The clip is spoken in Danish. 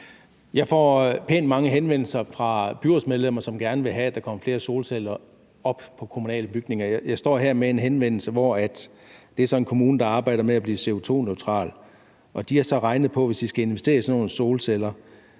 Jeg får pænt mange henvendelser fra byrådsmedlemmer, som gerne vil have, at der kommer flere solceller op på kommunale bygninger. Jeg står her med en henvendelse fra en kommune, der arbejder med at blive CO2-neutral. De har regnet på, hvad det vil koste, hvis de skal investere i sådan nogle solceller,